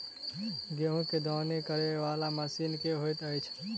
गेंहूँ केँ दौनी करै वला मशीन केँ होइत अछि?